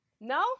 no